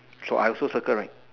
so I also circle right